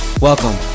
Welcome